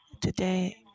Today